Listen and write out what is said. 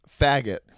faggot